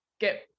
get